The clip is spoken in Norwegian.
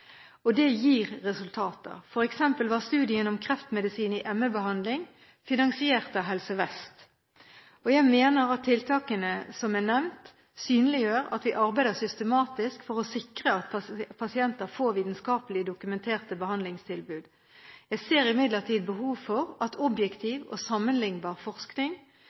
fibromyalgi. Det gir resultater: For eksempel var studien om kreftmedisin i ME-behandling finansiert av Helse Vest. Jeg mener at tiltakene som er nevnt, synliggjør at vi arbeider systematisk for å sikre at pasientene får vitenskapelig dokumenterte behandlingstilbud. Jeg ser imidlertid behov for at objektiv og sammenliknbar forskning